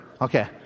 Okay